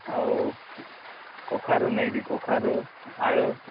ଆଉ କଖାରୁ ନାଇଁ କି କଖାରୁ ଆଳୁ